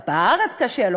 בארץ קשה לו,